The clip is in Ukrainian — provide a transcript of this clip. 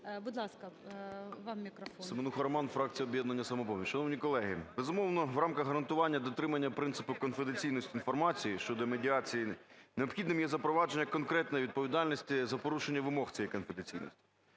Будь ласка, вам мікрофон. 10:20:09 СЕМЕНУХА Р.С. СеменухаРоман, фракція "Об'єднання "Самопоміч". Шановні колеги, безумовно, в рамках гарантування дотримання принципу конфіденційності інформації щодо медіації необхідним є запровадження конкретної відповідальності за порушення вимог цієї конфіденційності.